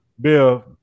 Bill